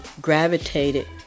gravitated